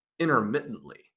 intermittently